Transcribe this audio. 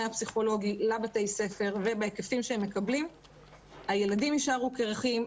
הפסיכולוגי לבתי הספר ובהיקפים שהם מקבלים הילדים יישארו קירחים,